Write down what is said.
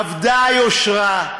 אבדה היושרה,